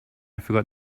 forgot